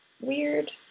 weird